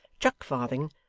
chuck-farthing,